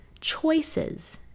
choices